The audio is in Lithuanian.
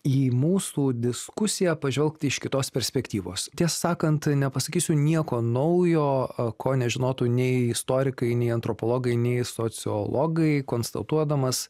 į mūsų diskusiją pažvelgt iš kitos perspektyvos tiesą sakant nepasakysiu nieko naujo ko nežinotų nei istorikai nei antropologai nei sociologai konstatuodamas